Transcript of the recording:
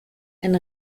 ein